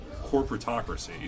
corporatocracy